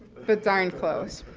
but darn close,